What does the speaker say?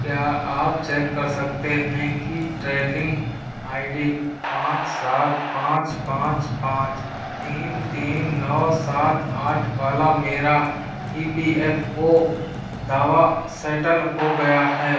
क्या आप चेक कर सकते हैं कि ट्रैकिंग आई डी पाँच सात पाँच पाँच पाँच तीन तीन नौ सात आठ वाला मेरा ई पी एफ़ ओ दावा सैटल हो गया है